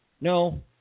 no